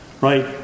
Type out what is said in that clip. right